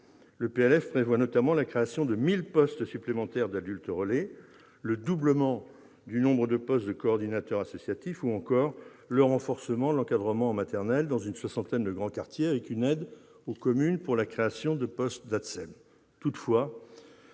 prévoit notamment la création de 1 000 postes supplémentaires d'adultes-relais, le doublement du nombre de postes de coordinateurs associatifs, ou encore le renforcement de l'encadrement en maternelle dans une soixantaine de grands quartiers, avec une aide aux communes pour la création de postes d'ATSEM.